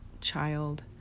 child